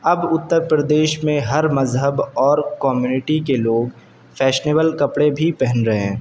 اب اتر پردیش میں ہر مذہب اور کومنیٹی کے لوگ فیشنیبل کپڑے بھی پہن رہے ہیں